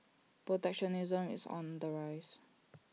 protectionism is on the rise